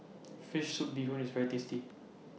Fish Soup Bee Hoon IS very tasty